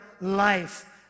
life